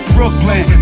Brooklyn